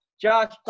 josh